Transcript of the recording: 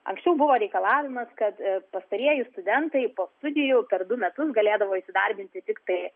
anksčiau buvo reikalavimas kad pastarieji studentai po studijų per du metus galėdavo įsidarbinti tiktai